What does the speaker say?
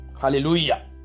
Hallelujah